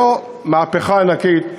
זו מהפכה ענקית,